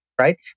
right